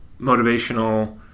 motivational